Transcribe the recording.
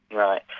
right.